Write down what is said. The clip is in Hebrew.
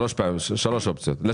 שלוש אופציות.